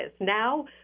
now